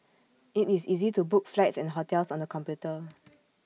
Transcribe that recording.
IT is easy to book flights and hotels on the computer